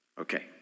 Okay